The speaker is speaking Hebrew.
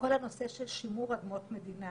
כל הנושא של שימור אדמות מדינה